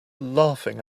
laughing